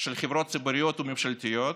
של חברות ציבוריות וממשלתיות